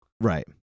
right